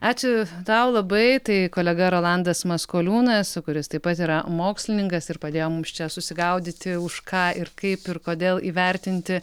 ačiū tau labai tai kolega rolandas maskoliūnas kuris taip pat yra mokslininkas ir padėjo mums čia susigaudyti už ką ir kaip ir kodėl įvertinti